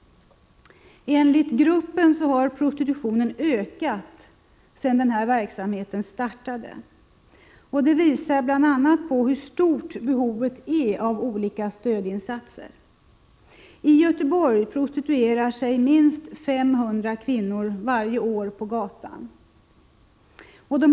Enligt gruppen har prostitutionen ökat sedan denna verksamhet startade. Det visar bl.a. på hur stort behovet är av olika stödinsatser. I Göteborg prostituerar sig minst 500 kvinnor på gatan varje år.